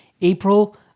april